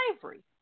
slavery